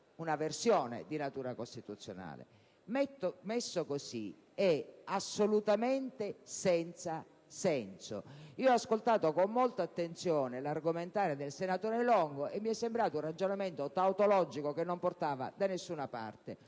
una versione di natura costituzionale. Messa così, questa previsione non ha assolutamente alcun senso. Ho ascoltato con molta attenzione l'argomentare del senatore Longo e mi è sembrato un ragionamento tautologico che non portava da nessuna parte.